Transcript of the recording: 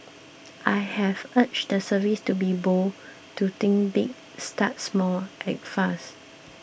I've urged the service to be bold to think big start small act fast